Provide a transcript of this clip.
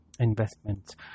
investments